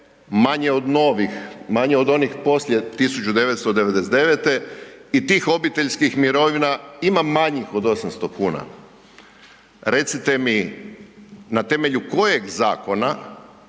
manje od novih, manje od onih poslije 1999. i tih obiteljskih mirovina manjih od 800 kuna. Recite mi na temelju kojeg zakona,